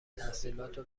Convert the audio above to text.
تحصیلاتو